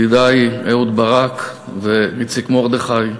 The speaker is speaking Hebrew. ידידי אהוד ברק ואיציק מרדכי,